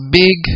big